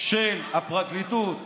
של הפרקליטות,